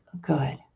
good